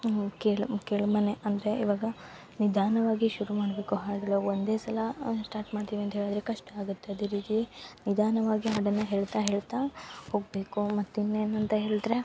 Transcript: ಕೇಳ್ ಕೆಳ ಮನೆ ಅಂದರೆ ಇವಾಗ ನಿಧಾನವಾಗಿ ಶುರು ಮಾಡಬೇಕು ಹಾಡನ ಒಂದೇ ಸಲ ಶ್ಟಾರ್ಟ್ ಮಾಡ್ತೀವಿ ಅಂತ ಹೇಳಿದ್ರೆ ಕಷ್ಟ ಆಗುತ್ತೆ ಅದೇ ರೀತಿ ನಿಧಾನವಾಗಿ ಹಾಡನ್ನು ಹೇಳ್ತಾ ಹೇಳ್ತಾ ಹೋಗಬೇಕು ಮತ್ತು ಇನ್ನೇನು ಅಂತ ಹೇಳಿದ್ರೆ